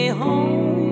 home